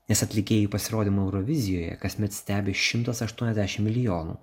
nes atlikėjų pasirodymą eurovizijoje kasmet stebi šimtas aštuoniasdešim milijonų